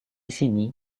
sini